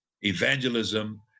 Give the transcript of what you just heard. evangelism